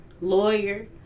lawyer